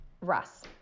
Russ